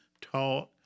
taught